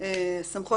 אני מבהירה, שההנחיות